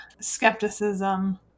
skepticism